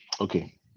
okay